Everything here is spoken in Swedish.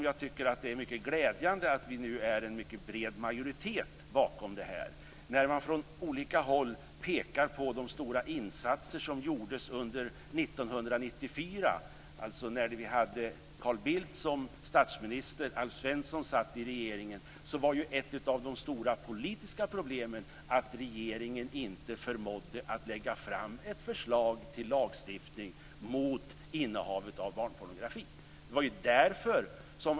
Jag tycker att det är glädjande att vi nu är en mycket bred majoritet bakom det här förslaget. Från olika håll har man här pekat på de stora insatser som gjordes under 1994, alltså när Carl Bildt var statsminister och Alf Svensson var med i regeringen. Ett av de stora politiska problemen var då att regeringen inte förmådde att lägga fram ett förslag till lagstiftning mot innehav av barnpornografi.